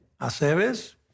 Aceves